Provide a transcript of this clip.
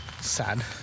sad